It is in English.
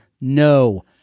no